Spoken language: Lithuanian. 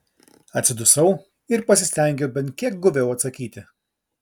atsidusau ir pasistengiau bent kiek guviau atsakyti